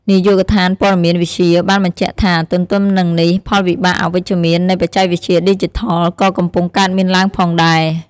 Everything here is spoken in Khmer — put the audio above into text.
នាយកដ្ឋានព័ត៌មានវិទ្យា បានបញ្ជាក់ថា ទន្ទឹមនឹងនេះ ផលវិបាកអវិជ្ជមាន នៃ បច្ចេកវិទ្យាឌីជីថល ក៏កំពុងកើតមានឡើងផងដែរ។